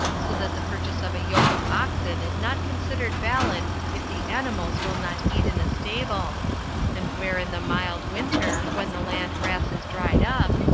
so that the purchase of a yoke of oxen is not considered valid if the animals will not eat in a stable and where in the mild winter, when the land grass is dried up,